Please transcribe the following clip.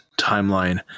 timeline